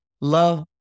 love